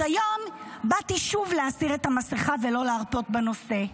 אז היום באתי שוב להסיר את המסכה ולא להרפות בנושא.